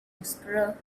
whisperer